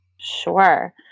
Sure